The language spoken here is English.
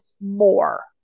more